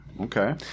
Okay